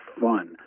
fun